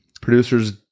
Producer's